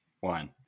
one